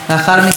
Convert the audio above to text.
אילן